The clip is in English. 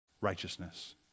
Righteousness